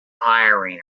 hiring